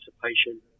participation